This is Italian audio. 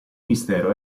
mistero